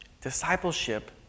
Discipleship